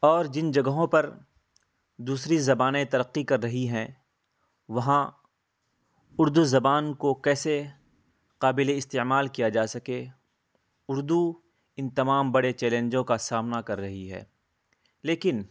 اور جن جگہوں پر دوسری زبانیں ترقی کر رہی ہیں وہاں اردو زبان کو کیسے قابل استعمال کیا جا سکے اردو ان تمام بڑے چیلنجوں کا سامنا کر رہی ہے لیکن